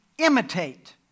Imitate